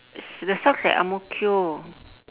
s~ the socks at ang mo kio